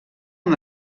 amb